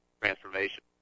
transformation